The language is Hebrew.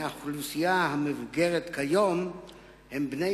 מהאוכלוסייה המבוגרת כיום הם בני